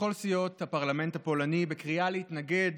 לכל סיעות הפרלמנט הפולני בקריאה להתנגד